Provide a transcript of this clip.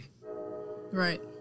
Right